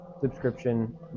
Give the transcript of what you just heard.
subscription